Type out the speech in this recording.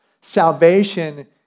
Salvation